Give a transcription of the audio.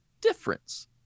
difference